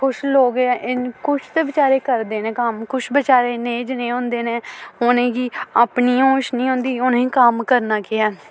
कुछ लोग कुछ ते बेचारे करदे न कम्म कुछ बचारे नेह् जनेह् होंदे न उ'नेंगी अपनी होश निं होंदी उ'नेंगी कम्म करना केह् ऐ